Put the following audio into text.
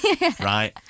right